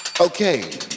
Okay